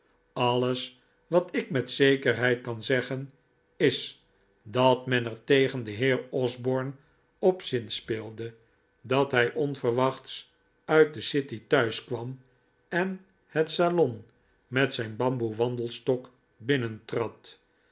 alles wat ik met zekerheid kan zeggen is dat men er tegen den heer osborne op zinspeelde dat hij onverwachts uit de city thuiskwam en het salon met zijn bamboe wandelstok binnentrad